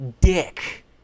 dick